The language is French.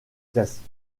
classique